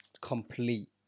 complete